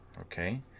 okay